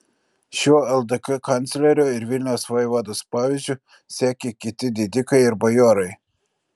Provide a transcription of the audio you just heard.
šiuo ldk kanclerio ir vilniaus vaivados pavyzdžiu sekė kiti didikai ir bajorai